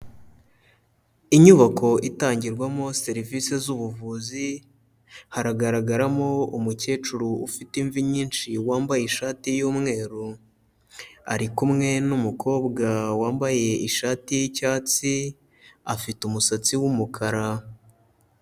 Inyubako itangirwamo serivise z'ubuvuzi haragaragaramo umukecuru ufite imvi nyinshi wambaye ishati y'umweru, ari kumwe n'umukobwa wambaye ishati y'icyatsi, afite umusatsi w'umukara.